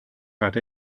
had